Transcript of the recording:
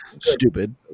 stupid